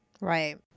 Right